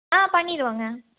ஆ பண்ணிடுவோங்க